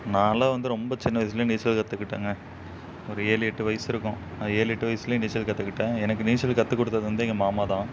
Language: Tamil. நான்லாம் வந்து ரொம்ப சின்ன வயசிலே நீச்சல் கற்றுக்கிட்டேங்க ஒரு ஏழு எட்டு வயசு இருக்கும் ஏழு எட்டு வயசிலே நீச்சல் கற்றுக்கிட்டேன் எனக்கு நீச்சல் கற்றுக் கொடுத்தது வந்து எங்கள் மாமா தான்